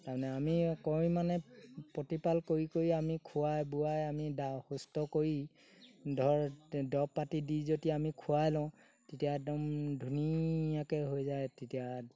তাৰমানে আমি কৰি মানে প্ৰতিপাল কৰি কৰি আমি খুৱাই বোৱাই আমি সুস্থ কৰি ধৰ দৰৱ পাতি দি যদি আমি খুৱাই লওঁ তেতিয়া একদম ধুনীয়াকৈ হৈ যায় তেতিয়া